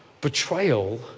betrayal